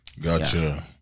Gotcha